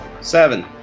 seven